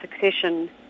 succession